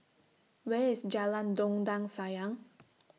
Where IS Jalan Dondang Sayang